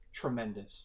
tremendous